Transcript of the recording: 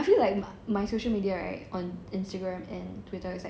I feel like my social media now right on instagram and twitter is like